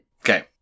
Okay